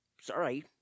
Sorry